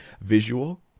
Visual